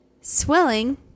Swelling